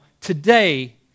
today